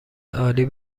عالی